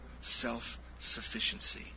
self-sufficiency